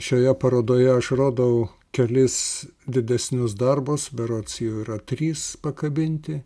šioje parodoje aš rodau kelis didesnius darbus berods jų yra trys pakabinti